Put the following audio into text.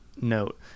note